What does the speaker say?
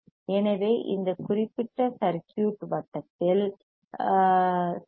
எனவே இந்த குறிப்பிட்ட சர்க்யூட்வட்டத்தில் எல்